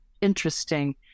interesting